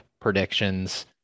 predictions